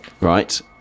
Right